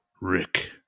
Rick